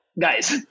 guys